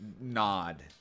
nod